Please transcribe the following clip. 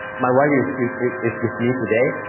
my wife is is with me today,